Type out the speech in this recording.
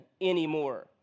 anymore